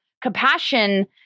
compassion